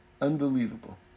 Unbelievable